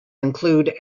include